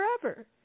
forever